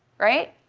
right?